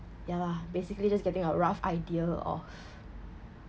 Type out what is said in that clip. ya lah basically just getting a rough idea of